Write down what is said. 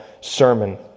sermon